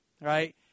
right